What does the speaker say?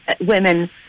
women